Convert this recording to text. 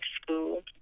school